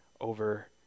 over